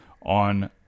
on